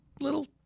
little